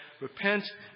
Repent